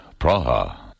Praha